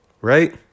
right